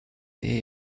hear